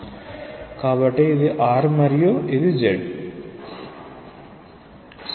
కాబట్టిఇది r మరియు ఇది z